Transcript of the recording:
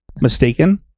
mistaken